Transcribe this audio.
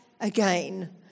again